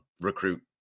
recruit